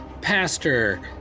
pastor